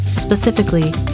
Specifically